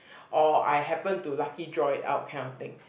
or I happen to lucky draw it out kind of thing